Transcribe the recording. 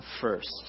first